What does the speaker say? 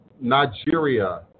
Nigeria